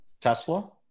Tesla